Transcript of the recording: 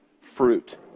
fruit